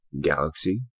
galaxy